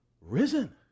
risen